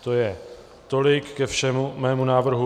To je tolik ke všemu mému návrhu.